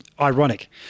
ironic